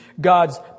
God's